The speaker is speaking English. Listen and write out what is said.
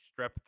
strep